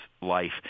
life